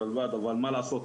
אבל מה לעשות,